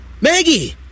Maggie